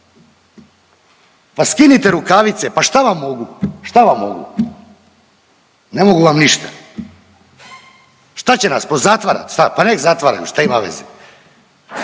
pa skinite rukavice pa šta vam mogu, šta vam mogu? Ne mogu vam ništa. Šta će nas pozatvarat šta? Pa nek zatvaraju šta ima veze,